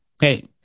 hey